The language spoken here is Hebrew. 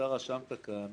רשמת כאן